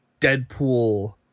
Deadpool